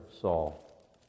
Saul